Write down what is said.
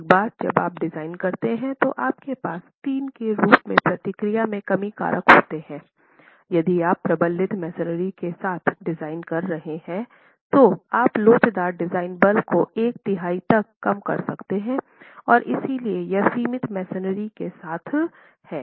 एक बार जब आप डिजाइन करते हैं तो आपके पास तीन के रूप में प्रतिक्रिया में कमी कारक होते हैं यदि आप प्रबलित मैसनरी के साथ डिजाइन कर रहे हैं तो आप लोचदार डिजाइन बल को एक तिहाई तक कम कर सकते हैं और इसलिए यह सीमित मैसनरी के साथ है